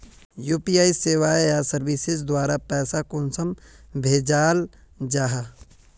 UPI सेवाएँ या services द्वारा पैसा कुंसम भेजाल जाहा?